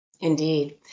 Indeed